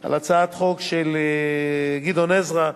על הצעת חוק של גדעון עזרא,